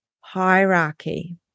hierarchy